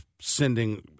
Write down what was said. sending